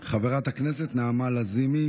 חברת הכנסת נעמה לזימי.